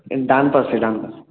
ডান পাশে ডান পাশে